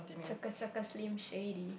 shaka shaka Slim-Shady